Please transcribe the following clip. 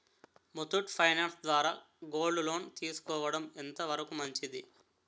Muthoot finance ద్వారా gold loan తీసుకోవడం ఎంత వరకు మంచిది?